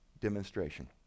demonstration